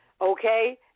okay